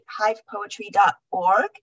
hivepoetry.org